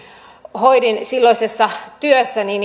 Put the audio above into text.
hoidin silloisessa työssäni